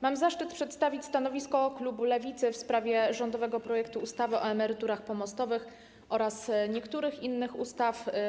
Mam zaszczyt przedstawić stanowisko klubu Lewicy w sprawie rządowego projektu ustawy o emeryturach pomostowych oraz niektórych innych ustaw.